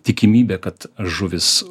tikimybė kad žuvys